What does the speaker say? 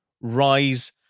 rise